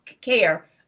care